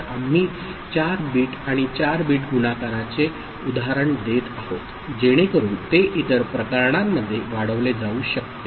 तर आम्ही 4 बीट आणि 4 बिट गुणाकाराचे उदाहरण देत आहोत जेणेकरून ते इतर प्रकरणांमध्ये वाढवले जाऊ शकते